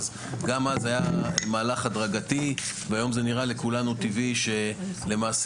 אז גם אז היה מהלך הדרגתי והיום זה נראה לכולנו טבעי שלמעשה,